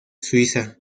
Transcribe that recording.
suiza